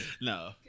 No